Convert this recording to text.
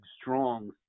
strong